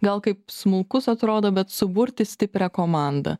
gal kaip smulkus atrodo bet suburti stiprią komandą